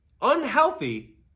unhealthy